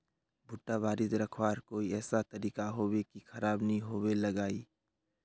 भुट्टा बारित रखवार कोई ऐसा तरीका होबे की खराब नि होबे लगाई?